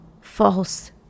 false